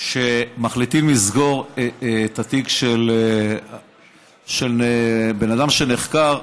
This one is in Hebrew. כשמחליטים לסגור את התיק של בן אדם שנחקר,